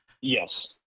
Yes